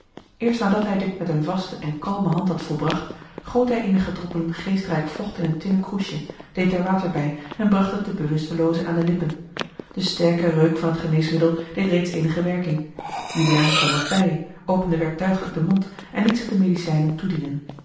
eerst nadat hij dit met eene vaste en kalme hand had volbracht goot hij eenige droppelen geestrijk vocht in een tinnen kroesje deed er water bij en bracht het den bewustelooze aan de lippen de sterke reuk van het geneesmiddel deed reeds eenige werking juliaan kwam wat bij opende werktuiglijk den mond en liet zich de medicijnen toedienen